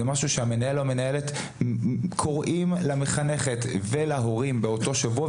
זה משהו שהמנהל או המנהלת קוראים למחנכת ולהורים באותו שבוע,